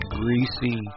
greasy